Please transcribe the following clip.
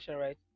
right